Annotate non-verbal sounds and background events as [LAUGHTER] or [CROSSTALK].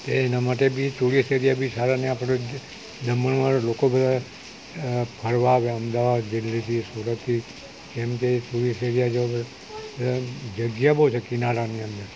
તે એના માટે બી [UNINTELLIGIBLE] બી સારા ને આપણે દમણ વાળા લોકો બધાય ફરવા આવે અમદાવાદ દિલ્હીથી સુરતથી કેમકે [UNINTELLIGIBLE] એ જગ્યા બઉ છે કિનારાની અંદર